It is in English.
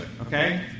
okay